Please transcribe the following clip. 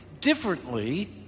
differently